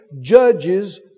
judges